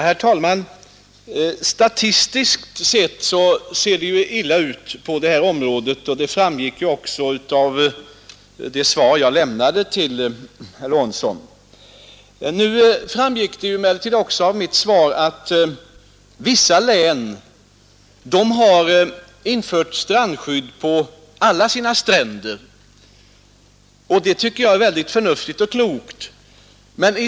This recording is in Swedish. Herr talman! Statistiskt sett verkar det ju illa ställt med dispensgivningen. Det framgick redan av det svar jag lämnade till herr Lorentzon. Det framgick emellertid också av mitt svar att vissa län har infört strandskydd på alla sina stränder, och det tycker jag är väldigt förnuftigt och klokt.